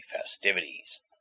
festivities